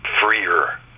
freer